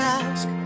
ask